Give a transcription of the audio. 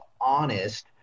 honest